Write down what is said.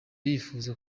yifuza